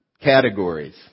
categories